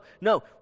no